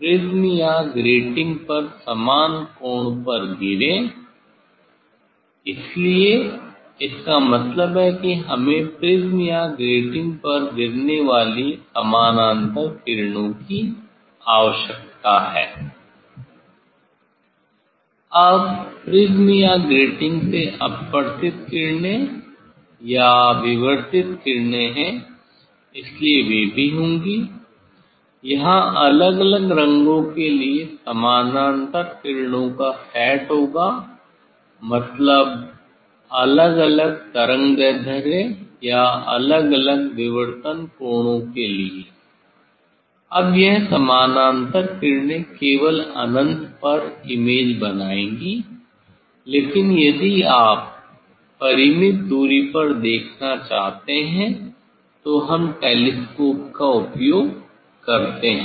prism या grating पर समान कोण पर गिरें इसलिए इसका मतलब है कि हमें प्रिज्म या ग्रेटिंग पर गिरने वाली समानांतर किरणों की आवश्यकता है अब प्रिज्म या ग्रैटिंग से अपवर्तित किरणें या विवर्तित किरणें हैं इसलिए वे भी होंगी यहाँ अलग अलग रंगों के लिए समानांतर किरणों का सेट होगा मतलब अलग अलग तरंगदैर्ध्य या अलग अलग विवर्तन कोणों के लिए अब यह समानांतर किरणें केवल अनंत पर इमेज बनाएंगी लेकिन यदि आप परिमित दूरी पर देखना चाहते हैं तो हम टेलीस्कोप का उपयोग करते हैं